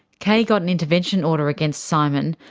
kay got an intervention order against simon,